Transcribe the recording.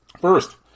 first